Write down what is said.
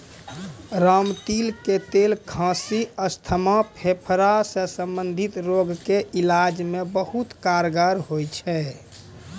रामतिल के तेल खांसी, अस्थमा, फेफड़ा सॅ संबंधित रोग के इलाज मॅ बहुत कारगर होय छै